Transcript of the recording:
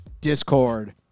Discord